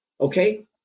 Okay